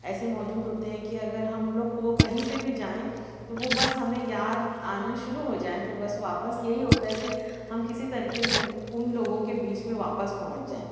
ایسے موجود ہوتے ہیں کہ اگر ہم لوگ وہ کہیں پہ بھی جائیں تو وہ بس ہمیں یاد آنے شروع ہو جائیں بس واپس یہی ہوتا ہے کہ ہم کسی طریقے سے ان ان لوگوں کے بیچ میں واپس پہنچ جائیں